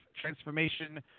Transformation